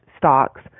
stocks